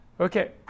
Okay